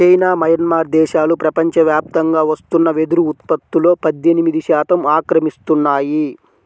China, Myanmar దేశాలు ప్రపంచవ్యాప్తంగా వస్తున్న వెదురు ఉత్పత్తులో పద్దెనిమిది శాతం ఆక్రమిస్తున్నాయి